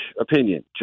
opinion